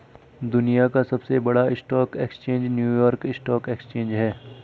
दुनिया का सबसे बड़ा stock exchange New York stock exchange है